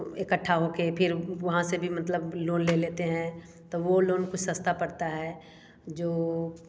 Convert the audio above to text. इकट्ठा होके फिर वहाँ से भी मतलब लोन ले लेते हैं तो वो लोन को सस्ता पड़ता है जो